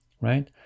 right